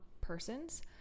persons